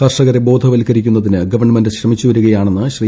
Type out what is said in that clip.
കർഷകരെ ബോധവത്ക്കരിക്കുന്നതിന് ഗവൺമെന്റ് ശ്രമിച്ചു വരികയാണെന്ന് ശ്രീ